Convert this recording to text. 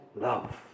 love